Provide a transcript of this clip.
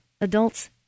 Adults